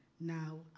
Now